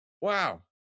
Wow